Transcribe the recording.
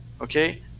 okay